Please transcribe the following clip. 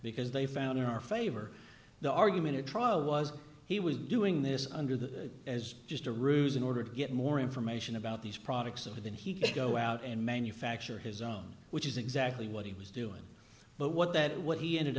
because they found in our favor the argument to trial was he was doing this under the as just a ruse in order to get more information about these products over than he could go out and manufacture his own which is exactly what he was doing but what that what he ended